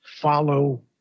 follow